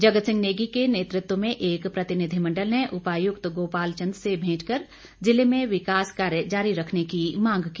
जगत सिंह नेगी के नेतृत्व में एक प्रतिनिधिमंडल ने उपायुक्त गोपाल चंद से भेंट कर ज़िले में विकास कार्य जारी रखने की मांग की